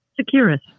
Securus